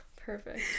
Perfect